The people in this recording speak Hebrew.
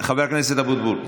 חבר הכנסת אבוטבול,